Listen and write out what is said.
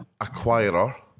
acquirer